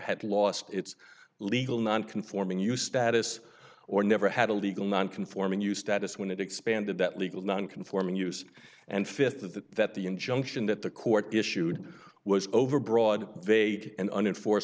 had lost its legal non conforming you status or never had a legal non conforming you status when it expanded that legal non conforming use and fifth of that that the injunction that the court issued was overbroad vague and unenfor